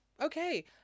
okay